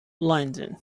london